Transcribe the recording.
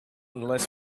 unless